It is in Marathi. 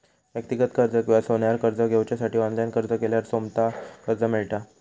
व्यक्तिगत कर्ज किंवा सोन्यार कर्ज घेवच्यासाठी ऑनलाईन अर्ज केल्यार सोमता कर्ज मेळता